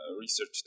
research